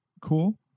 cool